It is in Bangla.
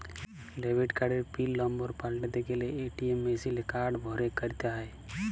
ডেবিট কার্ডের পিল লম্বর পাল্টাতে গ্যালে এ.টি.এম মেশিলে কার্ড ভরে ক্যরতে হ্য়য়